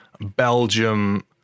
Belgium